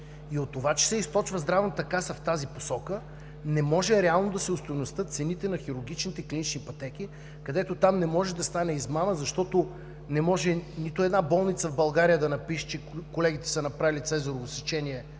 От това, че се източва Здравната каса в тази посока, не може реално да се остойностят цените на хирургичните клинични пътеки, където не може да стане измама, защото нито една болница в България няма да напише, че колегите са направили Цезарово сечение,